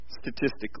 Statistically